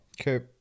okay